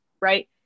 right